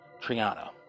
Triana